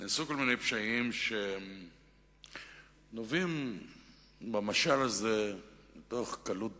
נעשו כל מיני פשעים שנובעים במשל הזה מתוך קלות דעת,